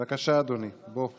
בבקשה, אדוני, בוא.